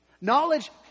Knowledge